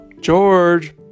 George